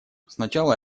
сначала